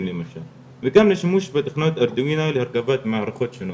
במחשב וגם לשימוש בתוכנת ארדומינל להרכבת מערכות שונות.